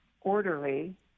orderly